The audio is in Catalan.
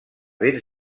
ben